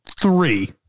three